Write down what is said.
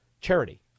charity